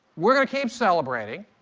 we're going to keep celebrating,